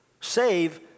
Save